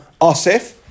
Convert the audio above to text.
asif